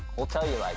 he'll tell you,